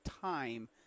time